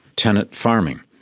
tenant farming.